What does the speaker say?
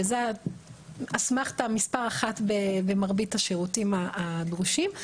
שזו אסמכתא מספר אחת במרבית השירותים הדרושים.